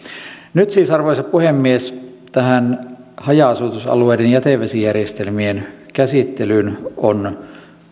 nyt siis arvoisa puhemies tähän haja asutusalueiden jätevesijärjestelmien käsittelyyn on